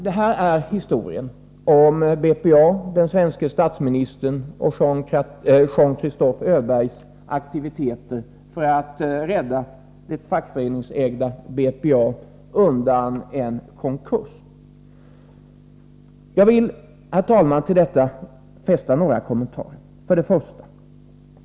Det här är historien om BPA:s, den svenske statsministerns och Jean-Christophe Öbergs aktiviteter för att rädda det fackföreningsägda BPA undan en konkurs. Jag vill, herr talman, till detta foga några kommentarer. 1.